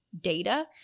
data